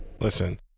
Listen